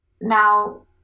now